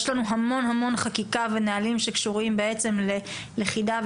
יש לנו המון המון חקיקה ונהלים שקשורים בעצם ללכידה,